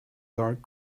dark